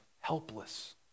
helpless